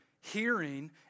hearing